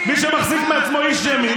מי שמחזיק מעצמו איש ימין,